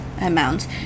amount